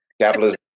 Capitalism